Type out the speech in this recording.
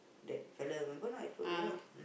that fellow remember or not I told you right